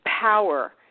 power